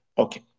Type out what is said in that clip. Okay